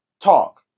talk